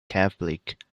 catholic